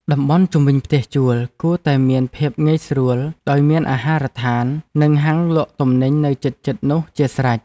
តំបន់ជុំវិញផ្ទះជួលគួរតែមានភាពងាយស្រួលដោយមានអាហារដ្ឋាននិងហាងលក់ទំនិញនៅជិតៗនោះជាស្រេច។